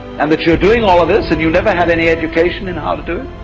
and that you're doing all of this and you never had any education in how to do